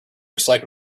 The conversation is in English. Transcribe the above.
recycled